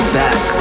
back